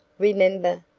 remember,